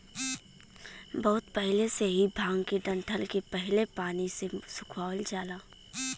बहुत पहिले से ही भांग के डंठल के पहले पानी से सुखवावल जाला